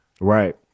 Right